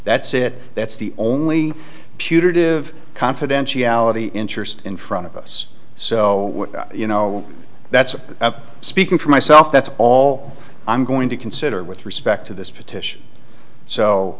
that's it that's the only putative confidentiality interest in front of us so you know that's speaking for myself that's all i'm going to consider with respect to this petition so